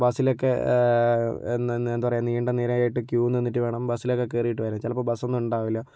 ബസിലൊക്കെ നിന്ന് എന്താ പറയുക നീണ്ട നിരയായിട്ട് ക്യൂ നിന്നിട്ട് വേണം ബസിലൊക്കെ കേറിയിട്ട് വരാൻ ചിലപ്പം ബസൊന്നും ഉണ്ടാവൂല്ല